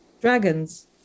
Dragons